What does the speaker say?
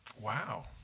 Wow